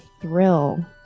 thrill